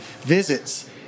visits